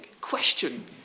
Question